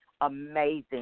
Amazing